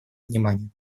внимания